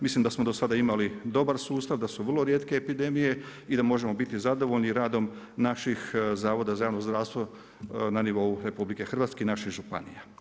Mislim da smo do sada imali dobar sustav, da su vrlo rijetke epidemije i da možemo biti zadovoljni radom naših zavoda za javno zdravstvo na nivou RH i naših županija.